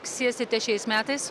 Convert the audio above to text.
sėsite šiais metais